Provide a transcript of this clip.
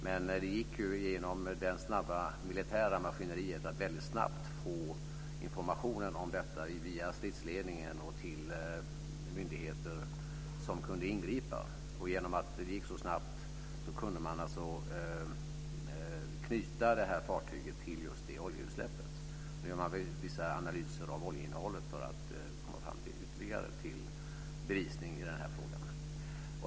Men det gick att genom det snabba militära maskineriet få snabb informationen om detta, via stridsledningen och till myndigheter som kunde ingripa. Genom att det gick så snabbt kunde man knyta fartyget till just det oljeutsläppet. Nu görs vissa analyser av oljeinnehållet för att få fram ytterligare bevisning i frågan.